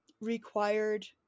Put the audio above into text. required